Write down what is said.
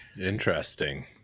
Interesting